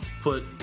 put